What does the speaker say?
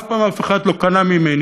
אף פעם אף אחד לא קנה ממני,